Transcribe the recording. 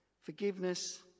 forgiveness